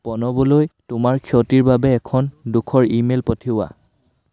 প্ৰণৱলৈ তোমাৰ ক্ষতিৰ বাবে এখন দুখৰ ইমেইল পঠিওৱা